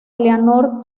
eleanor